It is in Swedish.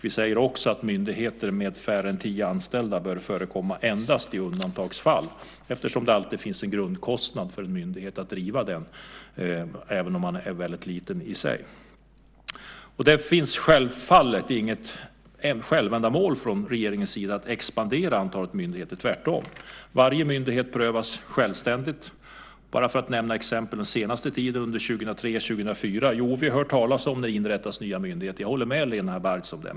Vi säger också att myndigheter med färre än tio anställda får förekomma endast i undantagsfall eftersom det alltid finns en grundkostnad för att driva en myndighet även om den är väldigt liten. Det är självfallet inget självändamål för regeringen att expandera antalet myndigheter - tvärtom. Varje myndighet prövas självständigt. Bara för att nämna exempel från den senaste tiden, under 2003 och 2004, har vi hört talas om att det inrättats nya myndigheter. Jag håller med Helena Bargholtz om det.